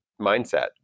mindset